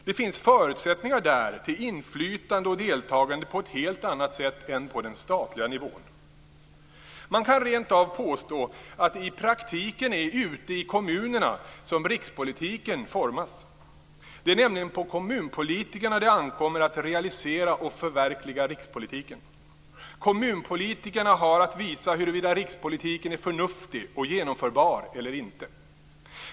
Där finns förutsättningar till inflytande och deltagande på ett helt annat sätt än på den statliga nivån. Man kan rent av påstå att det i praktiken är ute i kommunerna som rikspolitiken formas. Det är nämligen på kommunpolitikerna det ankommer att realisera och förverkliga rikspolitiken. Kommunpolitikerna har att visa huruvida rikspolitiken är förnuftig och genomförbar eller inte.